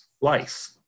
life